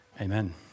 Amen